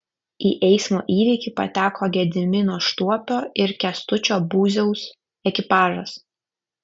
į eismo įvykį pateko gedimino štuopio ir kęstučio būziaus ekipažas